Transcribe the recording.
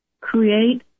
create